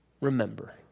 remember